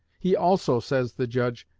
he also, says the judge,